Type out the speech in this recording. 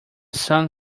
sun